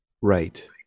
Right